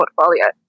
portfolio